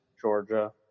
Georgia